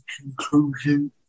conclusion